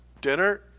dinner